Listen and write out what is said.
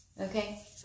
Okay